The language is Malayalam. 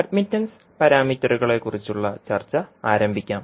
അഡ്മിറ്റൻസ് പാരാമീറ്ററുകളെക്കുറിച്ചുള്ള ചർച്ച ആരംഭിക്കാം